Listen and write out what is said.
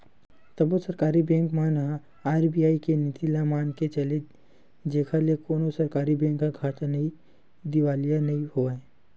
सब्बो सरकारी बेंक मन ह आर.बी.आई के नीति ल मनाके चले जेखर ले कोनो सरकारी बेंक ह घाटा नइते दिवालिया नइ होवय